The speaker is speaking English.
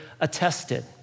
attested